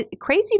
crazy